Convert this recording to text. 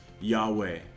Yahweh